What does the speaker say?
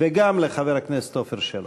וגם לחבר הכנסת עפר שלח.